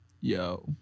Yo